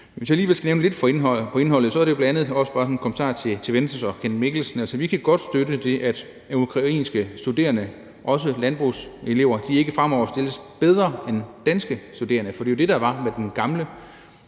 Hvis jeg alligevel skal nævne lidt om indholdet – og det er jo bl.a. også bare sådan en kommentar til Venstre og Kenneth Mikkelsen – er det, at vi godt kan støtte det, at ukrainske studerende, også landbrugselever, ikke fremover stilles bedre end danske studerende. For det var jo det, der var med den gamle